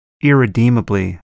irredeemably